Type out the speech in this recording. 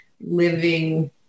living